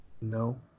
No